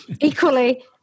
equally